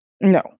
no